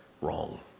wrong